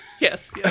yes